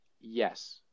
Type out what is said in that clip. Yes